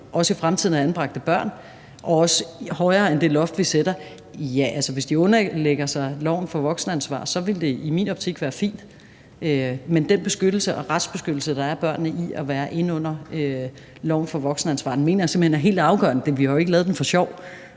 også i fremtiden kan have anbragte børn og også flere end det loft, vi sætter, er svaret, at hvis de underlægger sig loven for voksenansvar, vil det i min optik være fint. Men den beskyttelse og retsbeskyttelse, der er for børnene i at være inde under loven for voksenansvar, mener jeg simpelt hen er helt afgørende. Vi har jo ikke lavet den for sjov.